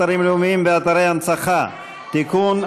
אתרים לאומיים ואתרי הנצחה (תיקון,